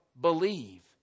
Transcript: believe